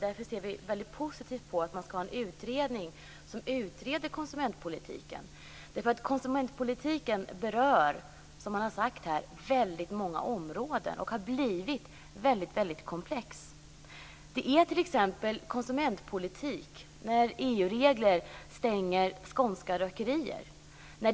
Därför ser vi väldigt positivt på att man skall tillsätta en utredning som utreder konsumentpolitiken. Konsumentpolitiken berör, som man har sagt här, väldigt många områden och har blivit väldigt komplex. Det är t.ex. konsumentpolitik när EU-regler stänger skånska rökerier.